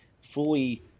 fully